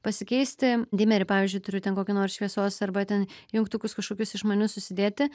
pasikeisti dimerį pavyzdžiui turiu ten kokį nors šviesos arba ten jungtukus kažkokius išmanius susidėti